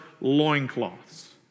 loincloths